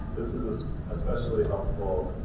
this is especially helpful